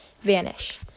vanish